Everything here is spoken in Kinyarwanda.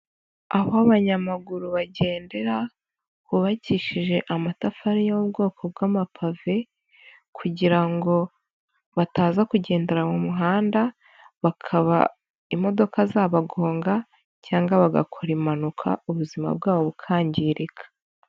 Aho abanyamaguru bagendera hubakishije amatafari y'ubwoko bw'amapave kugira ngo bataza kugendera mu muhanda, bakaba imodoka zabagonga cyangwa bagakora impanuka ubuzima bwabo bukangirika.